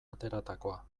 ateratakoa